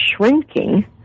shrinking